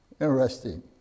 Interesting